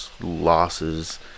losses